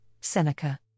Seneca